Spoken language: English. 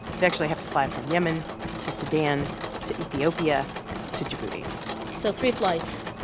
they actually have to fly from yemen to sudan to ethiopia to djibouti so three flights